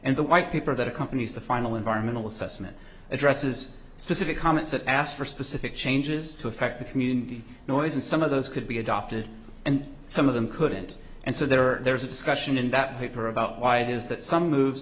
and the white paper that accompanies the final environmental assessment addresses specific comments that asked for specific changes to affect the community noise and some of those could be adopted and some of them couldn't and so there are there is a discussion in that paper about why it is that some moves